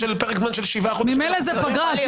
ממילא זאת פגרה.